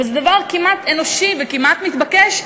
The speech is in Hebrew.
וזה דבר כמעט אנושי וכמעט מתבקש,